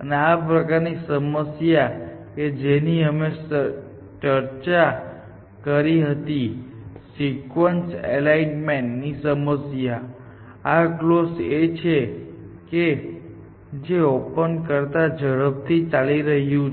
અને આ પ્રકારની સમસ્યા કે જેની અમે ચર્ચા કરી હતી સિક્વન્સ એલાઇનમેન્ટની સમસ્યા આ કલોઝ છે જે ઓપન કરતાં ઝડપથી ચાલી રહ્યું છે